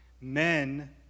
men